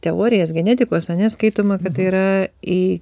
teorijas genetikos ane skaitoma kad yra į